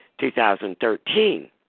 2013